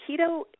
keto